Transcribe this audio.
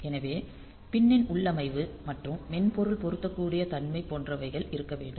எனவே பின் னின் உள்ளமைவு மற்றும் மென்பொருள் பொருந்தக்கூடிய தன்மை போன்றவைகள் இருக்க வேண்டும்